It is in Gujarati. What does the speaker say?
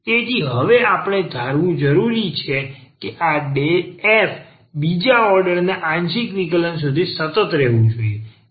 તેથી હવે આપણે ધારવું જરૂરી છે કે આ f બીજા ઓર્ડરના આંશિક વિકલન સુધી સતત રહેવું જોઈએ